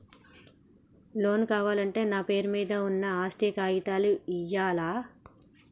Loan కావాలంటే నా పేరు మీద ఉన్న ఆస్తి కాగితాలు ఇయ్యాలా?